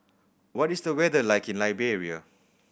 what is the weather like in Liberia